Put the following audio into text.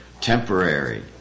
temporary